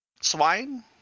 swine